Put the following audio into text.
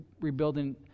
rebuilding